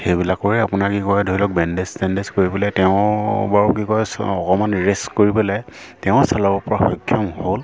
সেইবিলাকৰে আপোনাৰ কি কয় ধৰি লওক বেণ্ডেজ চেণ্ডেজ কৰি পেলাই তেওঁ বাৰু কি কয় চ অকমান ৰেষ্ট কৰি পেলাই তেওঁ চলাব পৰা সক্ষম হ'ল